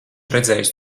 redzējis